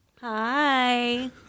Hi